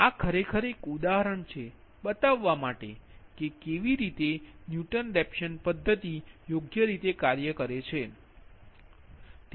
આ ખરેખર એક ઉદાહરણ છે બતાવવા માટે કે કેવી રીતે ન્યૂટન રેપ્સન પદ્ધતિ યોગ્ય રીતે કાર્ય કરે છે